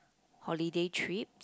holiday trip